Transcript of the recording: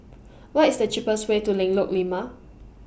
What IS The cheapest Way to Lengkok Lima